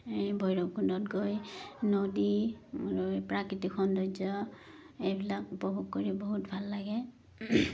এই ভৈৰৱকুণ্ডত গৈ নদী আৰু প্ৰাকৃতিক সৌন্দৰ্য এইবিলাক উপভোগ কৰি বহুত ভাল লাগে